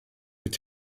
mit